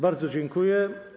Bardzo dziękuję.